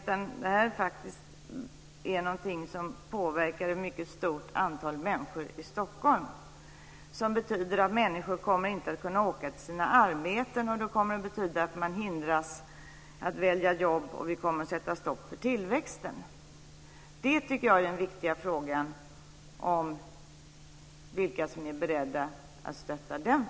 Det här är faktiskt någonting som påverkar ett stort antal människor i Stockholm. Människor kommer inte att kunna åka till sina arbeten, och det betyder att de kommer att hindras att välja jobb. Vi kommer att sätta stopp för tillväxten. Vilka som är beredda att stötta den linjen är den viktiga frågan.